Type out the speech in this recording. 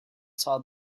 saw